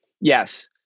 Yes